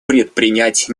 предпринять